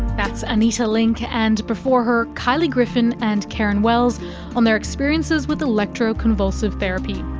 that's anita link and, before her, kylie griffin and karen wells on their experiences with electroconvulsive therapy.